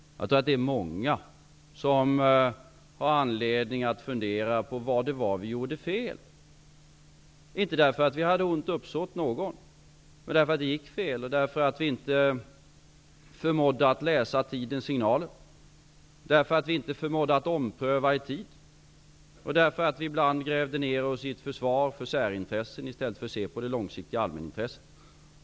Jag tror att många har anledning att fundera på vad det var vi gjorde fel, inte därför att vi hade ont uppsåt någon av oss, men det gick fel därför att vi inte förmådde läsa tidens signaler, därför att vi inte förmådde ompröva i tid och därför att vi ibland grävde ner oss i ett försvar för särintressen i stället för att se på det långsiktiga allmänintresset.